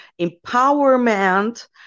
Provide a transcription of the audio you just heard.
empowerment